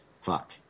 Fuck